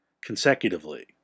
consecutively